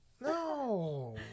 No